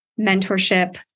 mentorship